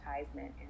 advertisement